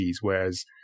whereas